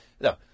No